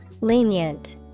Lenient